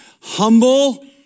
Humble